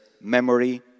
memory